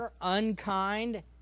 unkind